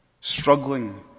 Struggling